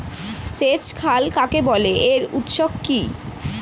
সেচ খাল কাকে বলে এর উৎস কি?